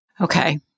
Okay